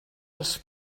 els